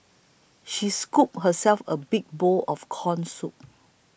she scooped herself a big bowl of Corn Soup